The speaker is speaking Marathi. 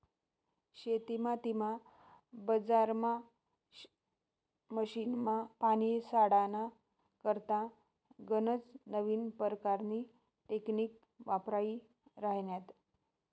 शेतीमातीमा, बजारमा, मशीनमा, पानी साठाडा करता गनज नवीन परकारनी टेकनीक वापरायी राह्यन्यात